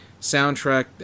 soundtrack